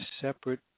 separate